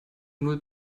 null